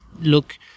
look